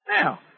Now